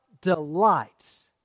delights